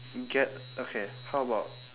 get okay how about